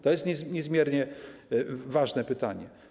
To jest niezmiernie ważne pytanie.